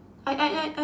I I I I